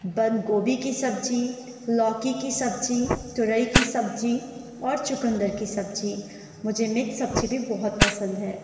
بند گوبھی كی سبزی لوكی كی سبزی تورئی كی سبزی اور چقندر كی سبزی مجھے مکس سبزی بھی بہت پسند ہے